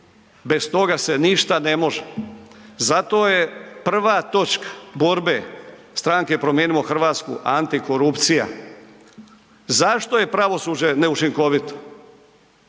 Bez toga se ništa ne može. Zato je prva točka borbe Stranke Promijenimo Hrvatsku antikorupcija. Zašto je pravosuđe neučinkovito?